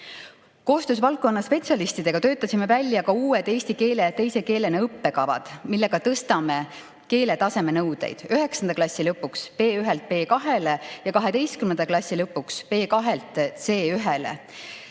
Koostöös valdkonna spetsialistidega töötasime välja ka uued eesti keele teise keelena õppekavad, millega tõstame keeletaseme nõudeid üheksanda klassi lõpuks B1‑lt B2‑le ja 12. klassi lõpuks B2‑lt